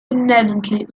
inherently